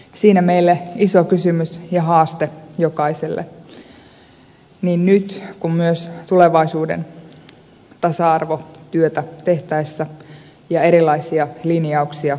siinä meille iso kysymys ja haaste jokaiselle niin nyt kuin myös tulevaisuuden tasa arvotyötä tehtäessä ja erilaisia linjauksia rakennettaessa